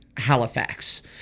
Halifax